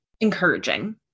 encouraging